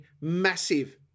massive